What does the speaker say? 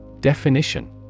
Definition